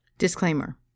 Disclaimer